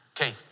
Okay